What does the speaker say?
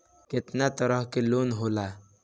केतना तरह के लोन होला?